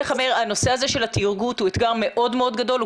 הנושא הזה של הטרגוט הוא אתגר מאוד מאוד גדול.